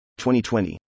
2020